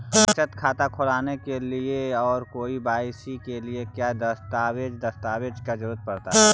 बचत खाता खोलने के लिए और के.वाई.सी के लिए का क्या दस्तावेज़ दस्तावेज़ का जरूरत पड़ हैं?